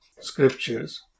scriptures